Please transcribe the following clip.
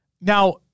now